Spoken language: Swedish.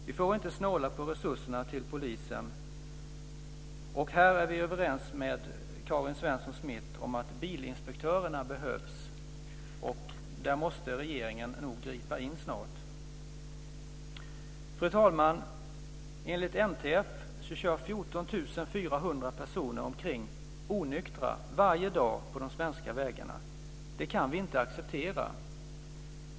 Man får inte snåla på resurserna till polisen. Vi är överens med Karin Svensson Smith om att bilinspektörer behövs. I det sammanhanget måste regeringen nog gripa in snart. Fru talman! Enligt NTF kör 14 400 personer omkring onyktra varje dag på de svenska vägarna. Det kan vi inte acceptera.